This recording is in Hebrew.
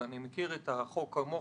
ואני מכיר את החוק כמוך,